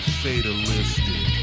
fatalistic